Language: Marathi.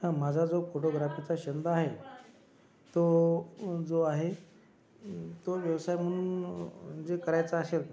हा माझा जो फोटोग्राफीचा छंद आहे तो जो आहे तो व्यवसाय म्हणून जे करायचा असेल